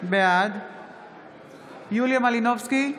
בעד יוליה מלינובסקי,